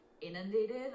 inundated